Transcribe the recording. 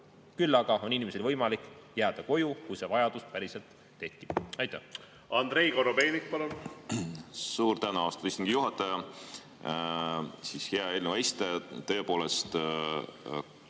Küll aga on inimesel võimalik jääda koju, kui see vajadus päriselt tekib. Andrei